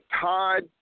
Todd